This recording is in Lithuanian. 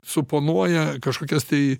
suponuoja kažkokias tai